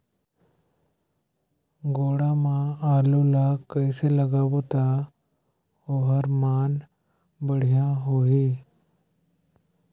गोडा मा आलू ला कइसे लगाबो ता ओहार मान बेडिया होही?